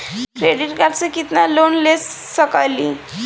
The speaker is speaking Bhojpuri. क्रेडिट कार्ड से कितना तक लोन ले सकईल?